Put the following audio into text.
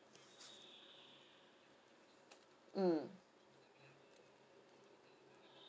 mm